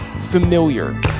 familiar